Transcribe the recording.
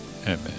amen